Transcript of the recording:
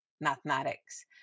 mathematics